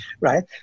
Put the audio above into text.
right